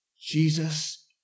Jesus